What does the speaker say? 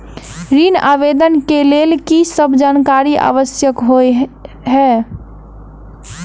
ऋण आवेदन केँ लेल की सब जानकारी आवश्यक होइ है?